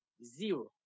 Zero